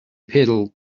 pedal